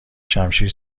شمشیر